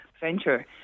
venture